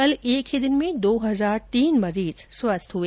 कल एक ही दिन में दो हजार तीन मरीज स्वस्थ हुए